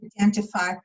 identify